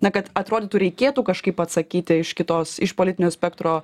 na kad atrodytų reikėtų kažkaip atsakyti iš kitos iš politinio spektro